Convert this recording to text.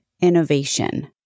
Innovation